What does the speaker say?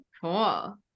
Cool